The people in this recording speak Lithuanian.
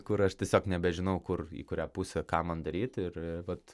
kur aš tiesiog nebežinau kur į kurią pusę ką man daryt ir vat